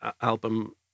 album